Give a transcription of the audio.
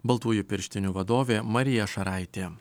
baltųjų pirštinių vadovė marija šaraitė